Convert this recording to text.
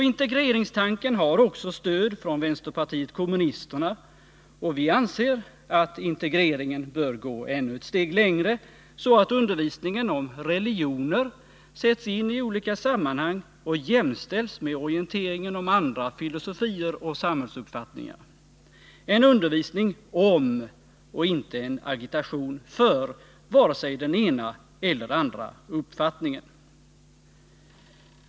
Integreringstanken har också stöd från vänsterpartiet kommunisterna, och vi anser att intregreringen bör gå ännu ett steg längre, så att undervisningen om religioner sätts in i olika sammanhang och jämställs med orienteringen om andra filosofier och samhällsuppfattningar. En undervisning om och inte en agitation för vare sig den ena eller den andra uppfattningen.